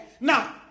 Now